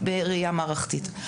בראייה מערכתית.